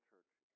church